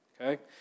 Okay